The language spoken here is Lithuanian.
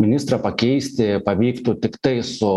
ministrą pakeisti pavyktų tiktai su